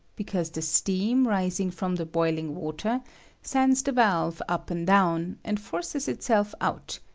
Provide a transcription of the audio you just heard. because the steam rising from the boding water sends the valve up and down, and forces itself out,